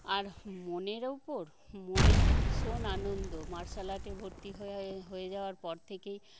আর মনের ওপর মনে তো ভীষণ আনন্দ মার্শাল আর্টে ভর্তি হয়ে হয়ে হয়ে যাওয়ার পর থেকেই